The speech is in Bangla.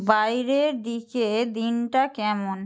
বাইরের দিকে দিনটা কেমন